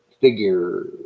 figure